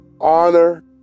honor